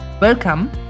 Welcome